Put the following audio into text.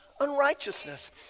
unrighteousness